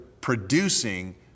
producing